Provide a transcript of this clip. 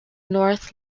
north